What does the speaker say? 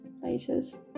places